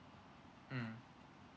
mm